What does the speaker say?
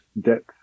depth